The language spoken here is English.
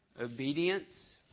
obedience